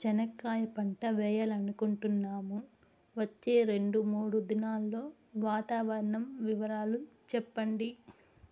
చెనక్కాయ పంట వేయాలనుకుంటున్నాము, వచ్చే రెండు, మూడు దినాల్లో వాతావరణం వివరాలు చెప్పండి?